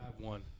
one